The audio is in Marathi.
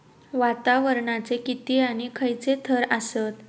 वातावरणाचे किती आणि खैयचे थर आसत?